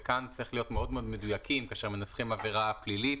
וכאן צריך להיות מאוד מאוד מדויקים כאשר מנסחים עבירה פלילית.